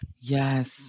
Yes